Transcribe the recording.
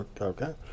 Okay